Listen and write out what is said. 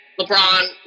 LeBron